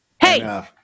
hey